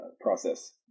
process